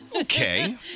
Okay